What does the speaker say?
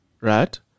right